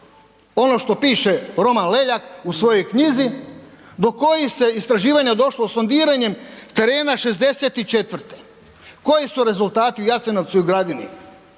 ono što piše Roman Leljak u svojoj knjizi do kojih se istraživanja došlo sondiranjem terena 64.-e. Koji su rezultati u Jasenovcu i Gradini?